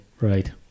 Right